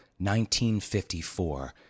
1954